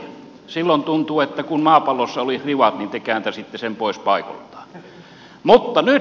silloin tuntui että jos maapallossa olisi rivat niin te kääntäisitte sen pois paikoiltaan